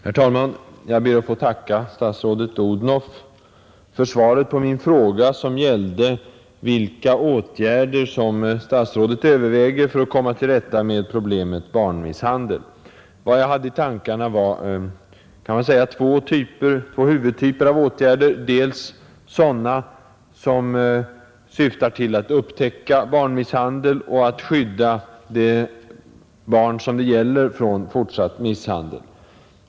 Herr talman! Jag ber att få tacka statsrådet Odhnoff för svaret på min fråga, som gällde vilka åtgärder statsrådet överväger för att komma till rätta med problemet barnmisshandel. Vad jag hade i tankarna var två huvudtyper av åtgärder, dels sådana som syftar till att upptäcka barnmisshandel och att skydda de barn det gäller från fortsatt misshandel.